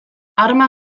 arma